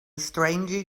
strangely